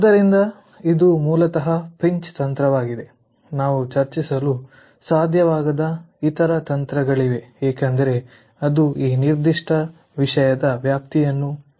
ಆದ್ದರಿಂದ ಇದು ಮೂಲತಃ ಪಿಂಚ್ ತಂತ್ರವಾಗಿದೆ ನಾವು ಚರ್ಚಿಸಲು ಸಾಧ್ಯವಾಗದ ಇತರ ತಂತ್ರಗಳಿವೆ ಏಕೆಂದರೆ ಅದು ಈ ನಿರ್ದಿಷ್ಟ ವಿಷಯದ ವ್ಯಾಪ್ತಿಯನ್ನು ಮೀರಿದೆ